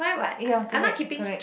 ya correct correct